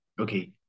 okay